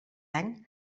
any